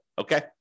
Okay